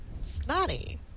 snotty